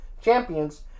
Champions